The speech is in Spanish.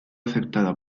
aceptada